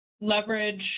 leverage